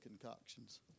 concoctions